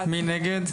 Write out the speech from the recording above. נגד?